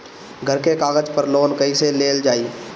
घर के कागज पर लोन कईसे लेल जाई?